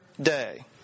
day